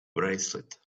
bracelet